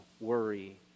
worry